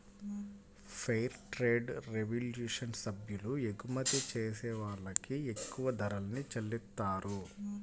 fair trade revolution సభ్యులు ఎగుమతి చేసే వాళ్ళకి ఎక్కువ ధరల్ని చెల్లిత్తారు